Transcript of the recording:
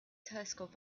telescope